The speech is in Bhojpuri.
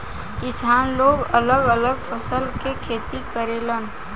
किसान लोग अलग अलग फसल के खेती करेलन